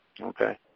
okay